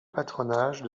patronage